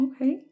Okay